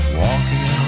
walking